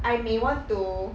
I may want to